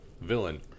Villain